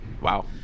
Wow